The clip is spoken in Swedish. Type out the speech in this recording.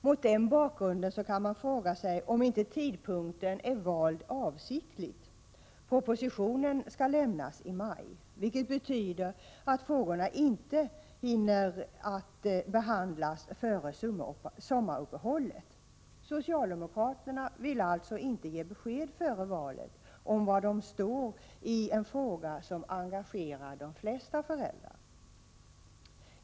Mot denna bakgrund kan man fråga sig om inte tidpunkten är avsiktligt vald. Propositionen skall avlämnas i maj, vilket betyder att frågorna i den inte hinner behandlas före sommaruppehållet. Socialdemokraterna vill alltså inte ge besked före valet om var de står i en fråga som engagerar de flesta föräldrar.